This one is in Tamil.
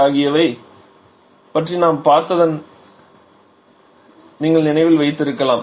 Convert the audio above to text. ஆகியவைகளை பற்றி நாம் பார்த்ததை நீங்கள் நினைவில் வைத்திருக்கலாம்